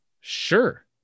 Sure